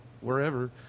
wherever